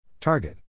Target